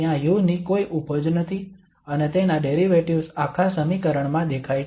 ત્યાં u ની કોઈ ઉપજ નથી અને તેના ડેરિવેટિવ્ઝ આખા સમીકરણમાં દેખાય છે